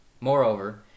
Moreover